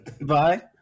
Bye